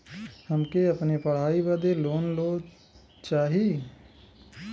हमके अपने पढ़ाई बदे लोन लो चाही?